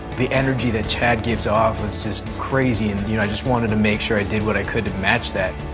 the energy that chadd gives off was just crazy, and, you know, i just wanted to make sure i did what i could to match that.